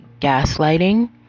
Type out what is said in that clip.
gaslighting